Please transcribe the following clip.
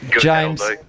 James